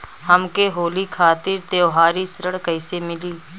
हमके होली खातिर त्योहारी ऋण कइसे मीली?